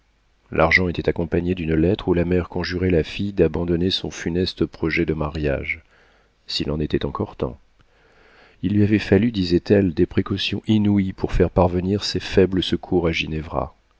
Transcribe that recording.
l'argent était accompagné d'une lettre où la mère conjurait la fille d'abandonner son funeste projet de mariage s'il en était encore temps il lui avait fallu disait-elle des précautions inouïes pour faire parvenir ces faibles secours à